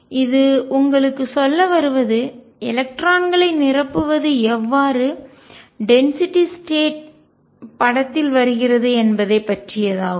இது உங்களுக்குச் சொல்ல வருவது எலக்ட்ரான்களை நிரப்புவது எவ்வாறு டென்சிட்டி ஸ்டேட் படத்தில் வருகிறது என்பதை பற்றியதாகும்